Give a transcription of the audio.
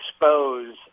expose